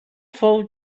fou